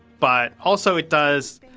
but also it does,